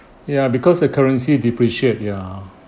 ya because the currency depreciate ya